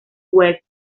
west